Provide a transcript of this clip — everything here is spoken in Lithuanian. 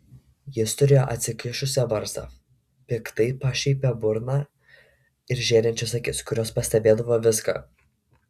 jis turėjo atsikišusią barzdą piktai pašaipią burną ir žėrinčias akis kurios pastebėdavo viską